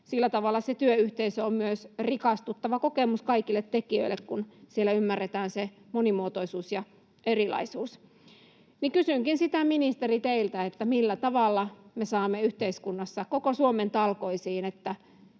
Sillä tavalla se työyhteisö on myös rikastuttava kokemus kaikille tekijöille, kun siellä ymmärretään monimuotoisuus ja erilaisuus. Kysynkin, ministeri, teiltä: Millä tavalla me saamme yhteiskunnassa koko Suomen talkoisiin,